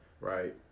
right